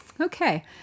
Okay